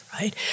right